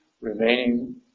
remaining